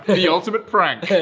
the ultimate prank!